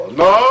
no